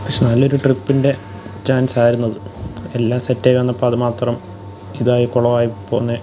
പക്ഷേ നല്ലൊരു ട്രിപ്പിൻ്റെ ചാൻസായിരുന്നു അത് എല്ലാം സെറ്റായി വന്നപ്പം അത് മാത്രം ഇതായി കുളമായിപ്പോയെന്നേ